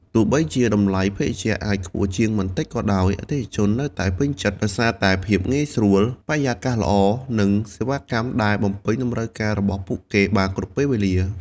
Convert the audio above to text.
ទោះបីជាតម្លៃភេសជ្ជៈអាចខ្ពស់ជាងបន្តិចក៏ដោយ អតិថិជននៅតែពេញចិត្តដោយសារតែភាពងាយស្រួល បរិយាកាសល្អ និងសេវាកម្មដែលបំពេញតម្រូវការរបស់ពួកគេបានគ្រប់ពេលវេលា។